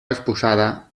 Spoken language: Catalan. exposada